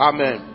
Amen